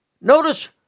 notice